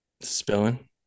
spilling